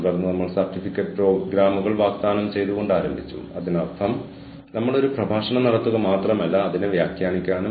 അതിനാൽ നമ്മൾ strategic human resource മാനേജ്മെന്റ്നെ കുറിച്ച് സംസാരിക്കുമ്പോൾ നമ്മൾ സംസാരിക്കുന്നത് വിവിധ സിദ്ധാന്തങ്ങളെ കുറിച്ചാണ്